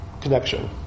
connection